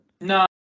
No